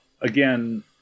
again